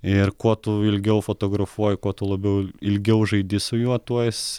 ir kuo tu ilgiau fotografuoji kuo tu labiau ilgiau žaidi su juo tuo jis